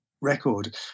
record